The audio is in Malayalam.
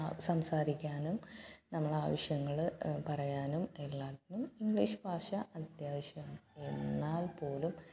സംസാരിക്കാനും നമ്മളാവശ്യങ്ങള് പറയാനും എല്ലാറ്റിനും ഇംഗ്ലീഷ് ഭാഷ അത്യാവശ്യമാണ് എന്നാൽ പോലും